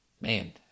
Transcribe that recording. Man